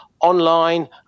online